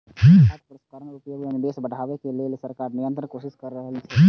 खाद्य प्रसंस्करण उद्योग मे निवेश बढ़ाबै लेल सरकार निरंतर कोशिश करै छै